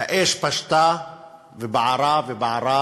האש פשטה ובערה ובערה